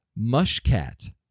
Mushcat